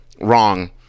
wrong